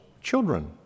children